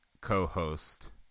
co-host